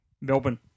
Melbourne